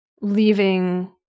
leaving